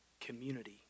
community